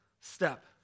step